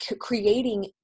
creating